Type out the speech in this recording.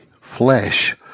flesh